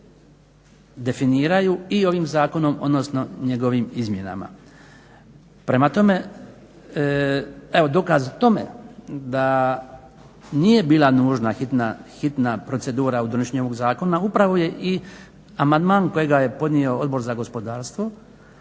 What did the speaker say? definiraju i ovim zakonom odnosno njegovim izmjenama. Prema tome, evo dokaz tome da nije bila nužna hitna procedura u donošenju ovog zakona, upravo je i amandman kojega je podnio Odbor za gospodarstvo,